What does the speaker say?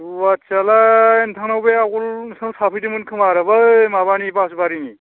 रुवाथियालाय नोंथांनाव बे आवगोल नोंसिनाव थाफैदोंमोन खोमा आरो बै माबानि बासबारिनि